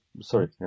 Sorry